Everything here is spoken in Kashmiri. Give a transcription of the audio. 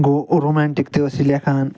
گوٚو رومینٹِک تہِ ٲس یہِ لیٚکھان